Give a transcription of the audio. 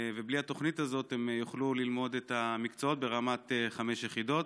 ובלי התוכנית הזאת הם לא יוכלו ללמוד את המקצועות ברמת חמש יחידות.